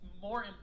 more